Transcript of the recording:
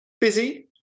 busy